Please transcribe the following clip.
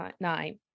Nine